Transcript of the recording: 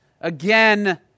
again